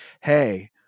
hey